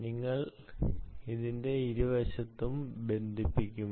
നിങ്ങൾ ഇതിനെ ഇരുവശത്തും ബന്ധിപ്പിക്കുമോ